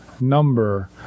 number